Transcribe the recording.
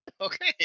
Okay